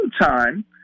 time